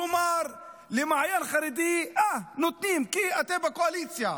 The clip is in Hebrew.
כלומר, למעיין החרדי נותנים כי אתם בקואליציה,